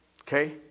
Okay